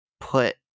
put